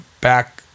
back